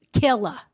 killer